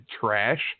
trash